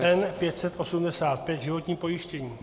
N585 životní pojištění.